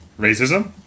Racism